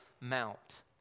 mount